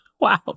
wow